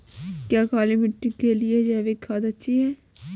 क्या काली मिट्टी के लिए जैविक खाद अच्छी है?